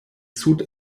sud